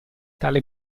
tale